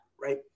right